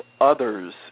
others